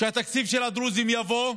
שהתקציב של הדרוזים יבוא,